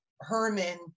Herman